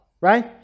right